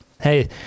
hey